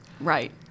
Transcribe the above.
right